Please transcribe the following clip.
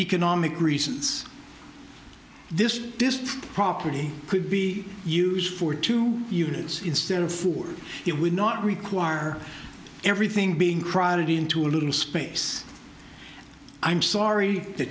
economic reasons this this property could be used for two units instead of four it would not require everything being crowded into a little space i'm sorry the